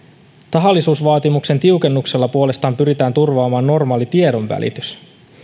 tahallisuusvaatimuksen tiukennuksella puolestaan pyritään turvaamaan normaali tiedonvälitys